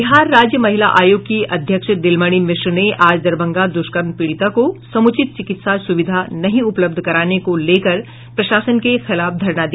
बिहार राज्य महिला आयोग की अध्यक्ष दिलमणि मिश्र ने आज दरभंगा द्रष्कर्म पीड़िता को समुचित चिकित्सा सुविधा नहीं उपलब्ध कराने को लेकर प्रशासन के खिलाफ धरना दिया